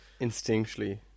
instinctually